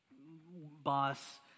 boss